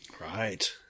Right